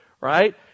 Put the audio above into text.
Right